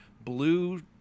blue